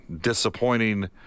disappointing